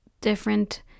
different